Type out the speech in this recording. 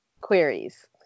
queries